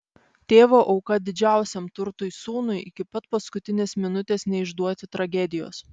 tėvo auka didžiausiam turtui sūnui iki pat paskutinės minutės neišduoti tragedijos